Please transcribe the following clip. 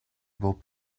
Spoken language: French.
beau